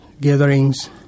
gatherings